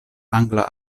angla